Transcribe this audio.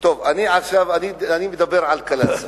טוב, עכשיו אני מדבר על קלנסואה.